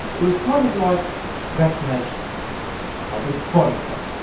it was kind of like vaccination but with body fat.